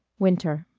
winter